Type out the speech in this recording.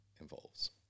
involves